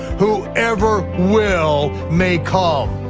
whoever will may come.